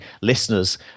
listeners